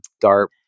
dart